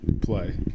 Play